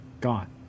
Gone